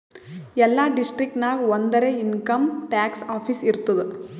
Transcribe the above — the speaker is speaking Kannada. ಎಲ್ಲಾ ಡಿಸ್ಟ್ರಿಕ್ಟ್ ನಾಗ್ ಒಂದರೆ ಇನ್ಕಮ್ ಟ್ಯಾಕ್ಸ್ ಆಫೀಸ್ ಇರ್ತುದ್